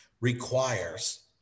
requires